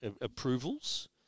approvals